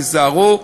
תיזהרו,